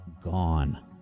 Gone